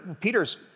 Peter's